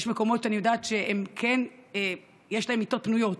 יש מקומות, אני יודעת, שיש להם מיטות פנויות,